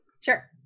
Sure